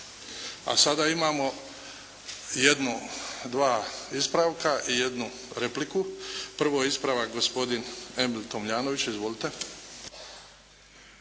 A sada imamo jednu, dva ispravka i jednu repliku. Prvo je ispravak gospodin Emil Tomljanović. Izvolite.